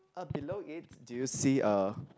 uh below it do you see a